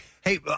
Hey